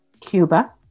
Cuba